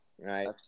Right